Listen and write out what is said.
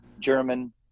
German